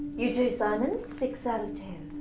you too, simon. six um ten.